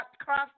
cross